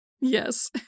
Yes